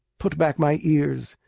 put back my ears,